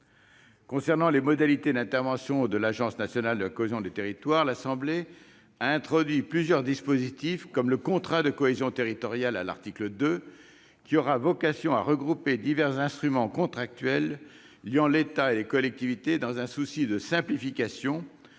Concernant les modalités d'intervention de l'Agence nationale de la cohésion des territoires, l'Assemblée nationale a introduit plusieurs dispositifs, comme le contrat de cohésion territoriale, à l'article 2, qui aura vocation à regrouper divers instruments contractuels liant l'État et les collectivités, dans un souci de simplification,